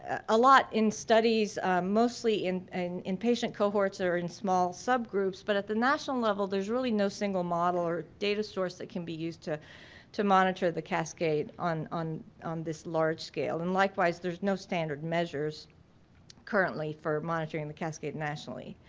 a lot in studies mostly in and in patient cohorts or in small subgroups but at the national level there's really no single model or data source that can be used to to monitor the cascade on on this large scale. and likewise there's no standard measures currently for monitoring the cascade nationally.